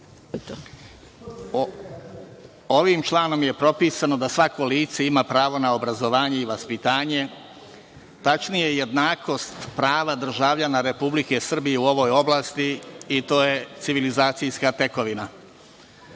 Ovim članom je propisan da svako lice ima pravo na obrazovanje i vaspitanje, tačnije jednakost prava državljana Republike Srbije u ovoj oblasti i to je civilizacijska tekovina. Predlagač